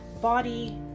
body